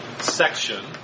section